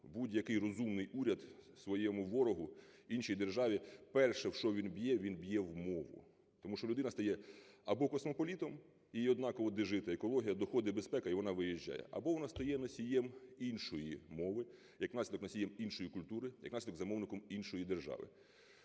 будь-який розумний уряд своєму ворогу, іншій державі, перше, у що він б'є, він б'є у мову. Тому що людина стає або космополітом, її однаково, де жити, екологія, доходи і безпека, і вона виїжджає, або вона стає носієм іншої мови, як наслідок - носієм іншої культури, як наслідок - замовником іншої держави.